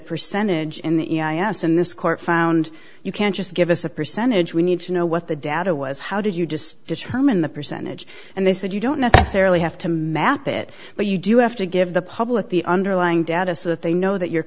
percentage in the eye yes and this court found you can't just give us a percentage we need to know what the data was how did you just determine the percentage and they said you don't necessarily have to map it but you do have to give the public the underlying data so that they know that you